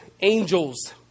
angels